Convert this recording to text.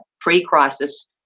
pre-crisis